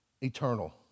eternal